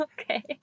Okay